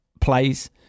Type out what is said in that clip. plays